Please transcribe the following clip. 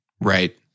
Right